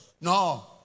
No